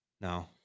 No